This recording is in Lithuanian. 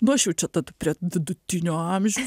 nu aš jau čia tad prie vidutinio amžiaus